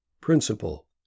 principle